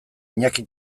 iñaki